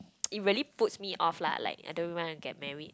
it really puts me off lah like I don't even want to get married